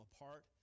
apart